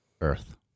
earth